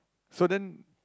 so then